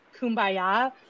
kumbaya